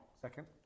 Second